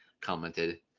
commented